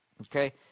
Okay